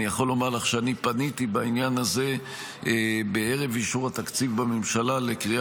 אני יכול לומר לך שבערב אישור התקציב בממשלה לקריאה